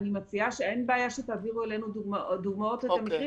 אין בעיה שתעבירו אלינו דוגמאות למקרים